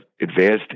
advanced